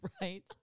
Right